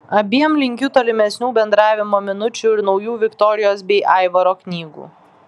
abiem linkiu tolimesnių bendravimo minučių ir naujų viktorijos bei aivaro knygų